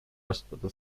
kasutada